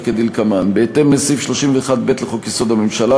כדלקמן: בהתאם לסעיף 31(ב) לחוק-יסוד: הממשלה,